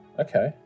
okay